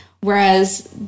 Whereas